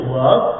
love